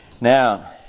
Now